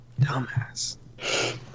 Dumbass